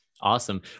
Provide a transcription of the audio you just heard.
Awesome